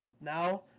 now